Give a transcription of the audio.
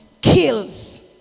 kills